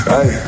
Hey